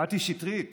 קטי שטרית,